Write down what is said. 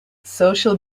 social